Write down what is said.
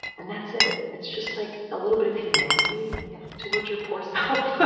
and that's it, it's just like a little bit of humanity yeah towards your poor self.